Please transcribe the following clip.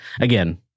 again